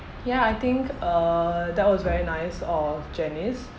ya I think uh that was very nice of janice